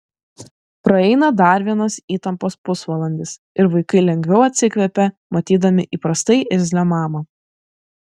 praeina dar vienas įtampos pusvalandis ir vaikai lengviau atsikvepia matydami įprastai irzlią mamą